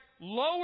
lower